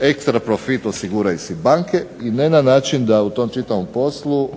ekstra profit osiguraju si banke i ne na način da u tom čitavom poslu